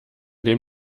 dem